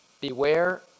beware